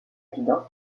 résidents